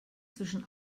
zwischen